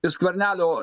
ir skvernelio